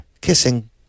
kissing